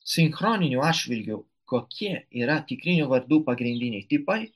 sinchroniniu atžvilgiu kokie yra tikrinių vardų pagrindiniai tipai